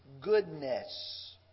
goodness